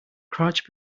crouch